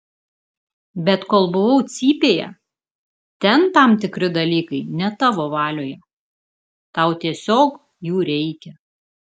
bet kol buvau cypėje ten tam tikri dalykai ne tavo valioje tau tiesiog jų reikia